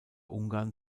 ungarn